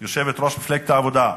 יושבת-ראש מפלגת העבודה,